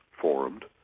formed